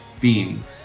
beings